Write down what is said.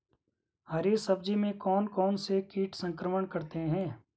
हरी सब्जी में कौन कौन से कीट संक्रमण करते हैं?